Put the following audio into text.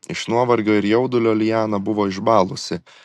iš nuovargio ir jaudulio liana buvo išbalusi